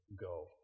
go